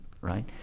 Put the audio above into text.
right